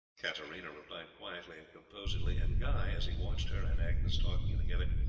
katarina replied quietly and composedly, and guy, as he watched her and agnes talking together,